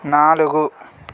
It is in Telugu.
నాలుగు